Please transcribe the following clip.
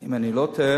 אם אני לא טועה,